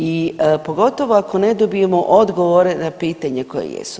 I pogotovo ako ne dobijemo odgovore na pitanja koja jesu.